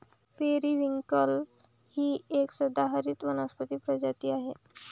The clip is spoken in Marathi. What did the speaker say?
पेरिव्हिंकल ही एक सदाहरित वनस्पती प्रजाती आहे